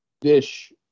dish